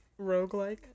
roguelike